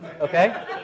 Okay